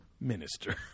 minister